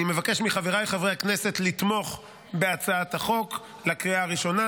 אני מבקש מחבריי חברי הכנסת לתמוך בהצעת החוק לקריאה הראשונה,